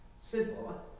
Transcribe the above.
Simple